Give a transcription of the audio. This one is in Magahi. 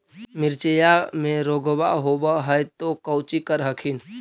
मिर्चया मे रोग्बा होब है तो कौची कर हखिन?